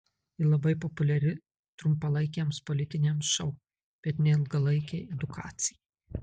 ji labai populiari trumpalaikiams politiniams šou bet ne ilgalaikei edukacijai